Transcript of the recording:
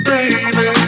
Baby